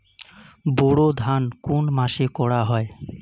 বোরো ধান কোন মাসে করা হয়?